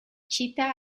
cita